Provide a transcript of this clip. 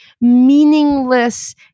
meaningless